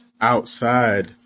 outside